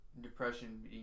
depression